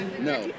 No